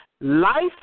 life